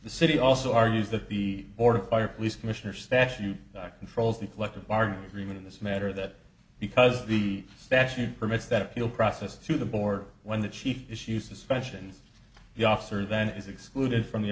the city also argues that the order fire police commissioner statute controls the collective bargaining agreement in this matter that because the statute permits that appeal process to the board when the chief issue suspensions the officer then is excluded from the